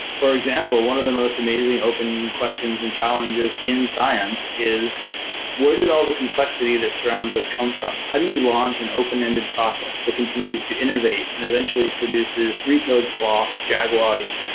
for example, one of the most amazing open questions and challenges in science is where did all the complexity that surrounds us come from? how do you launch an open-ended process that continues to innovate and eventually produces three toed sloths, jaguars,